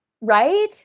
Right